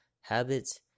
habits